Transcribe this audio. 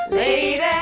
Lady